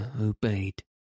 obeyed